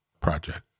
project